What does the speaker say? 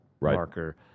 marker